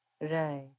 Right